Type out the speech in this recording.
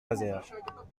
nazaire